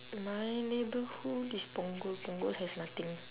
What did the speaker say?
my neighbourhood is punggol punggol has nothing